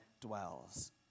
dwells